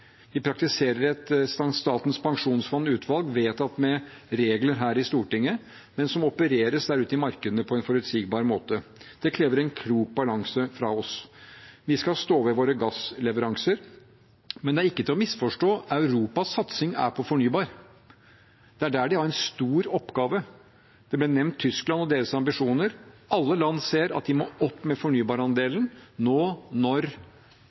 Vi praktiserer et Statens pensjonsfond utland, vedtatt med regler her i Stortinget, men som opererer der ute i markedene på en forutsigbar måte. Det krever en klok balanse fra oss. Vi skal stå ved våre gassleveranser. Men det er ikke til å misforstå: Europas satsing er på fornybar. Det er der de har en stor oppgave. Det ble nevnt Tyskland og deres ambisjoner. Alle land ser at de må opp med fornybarandelen nå når